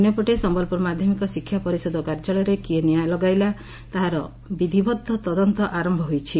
ଅନ୍ୟପଟେ ସମ୍ଲପୁର ମାଧ୍ଧମିକ ଶିକ୍ଷା ପରିଷଦ କାର୍ଯ୍ୟାଳୟରେ କିଏ ନିଆଁ ଲଗାଇଲା ତାହାରେ ବିଧିବଦ୍ଧ ତଦନ୍ତ ଆରମ୍ଭ ହୋଇଛି